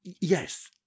Yes